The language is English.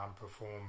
perform